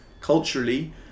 culturally